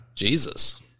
Jesus